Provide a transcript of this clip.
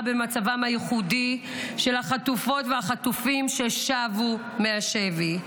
במצבם הייחודי של החטופות והחטופים ששבו מהשבי.